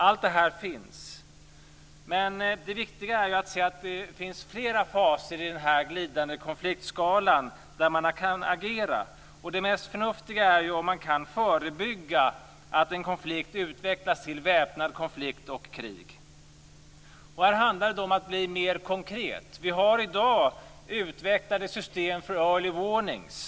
Allt detta finns men det viktiga är att se att det finns flera faser i den här glidande konfliktskalan där man kan agera. Det mest förnuftiga är om man kan förebygga att en konflikt utvecklas till väpnad konflikt och krig. Här handlar det om att bli mer konkret. I dag har vi utvecklade system för early warnings.